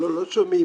התכניות